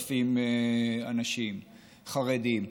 3,000 אנשים חרדים.